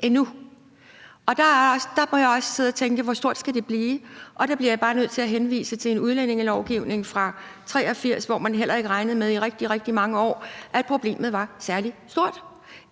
endnu. Der må jeg også sidde og tænke: Hvor stort skal det blive? Og der bliver jeg bare nødt til at henvise til en udlændingelovgivning fra 1983, hvor man i rigtig, rigtig mange år heller ikke regnede med, at problemet var særlig stort,